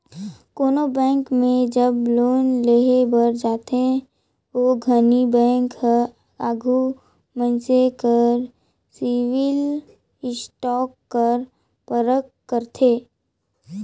कोनो बेंक में जब लोन लेहे बर जाथे ओ घनी बेंक हर आघु मइनसे कर सिविल स्कोर कर परख करथे